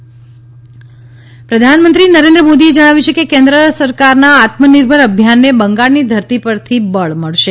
પ્રધાનમંત્રી પ્રધાનમંત્રી નરેન્દ્ર મોદીએ જણાવ્યું છે કે કેન્દ્ર સરકારના આત્મનિર્ભર અભિયાનને બંગાળની ધરતી પરથી બળ મળશે